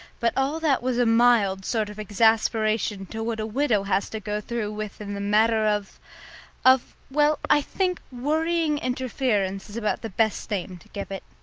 but all that was a mild sort of exasperation to what a widow has to go through with in the matter of of, well, i think worrying interference is about the best name to give it.